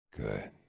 Good